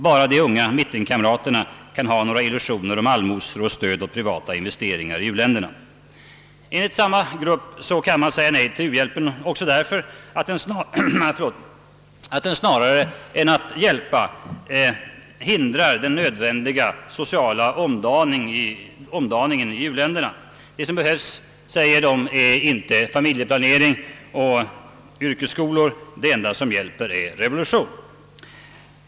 Bara de unga mittenkamraterna kan ha några illusioner om allmosor och stöd åt privata investeringar i u-länderna.» Enligt samma grupp kan man säga nej till u-hjälpen också därför att den snarare än att hjälpa hindrar den nödvändiga sociala omdaningen i u-länderna. Det som behövs, säger de, är inte familjeplanering och yrkesskolor; det enda som hjälper är revolution.